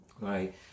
Right